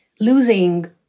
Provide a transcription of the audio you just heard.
losing